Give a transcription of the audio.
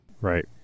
Right